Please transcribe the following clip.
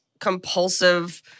compulsive